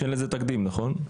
שאין לזה תקדים, נכון?